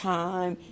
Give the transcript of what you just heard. time